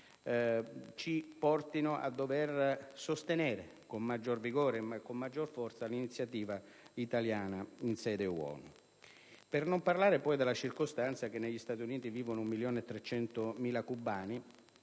ci porti a dover sostenere con maggior vigore e con maggior forza l'iniziativa italiana in sede ONU; per non parlare poi della circostanza che negli Stati Uniti vivono 1.300.000 cubani,